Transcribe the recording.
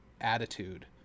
attitude